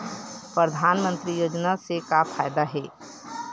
परधानमंतरी योजना से का फ़ायदा हे?